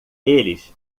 eles